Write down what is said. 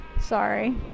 sorry